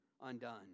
undone